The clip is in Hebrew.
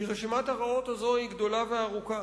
כי רשימת הרעות הזאת היא גדולה וארוכה.